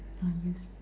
yes